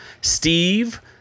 Steve